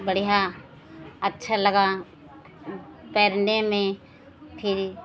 बढ़ियाँ अच्छा लगा तैरने में फिर